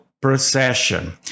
procession